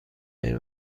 این